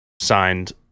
Signed